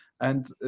and